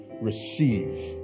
receive